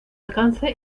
alcance